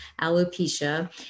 alopecia